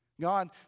God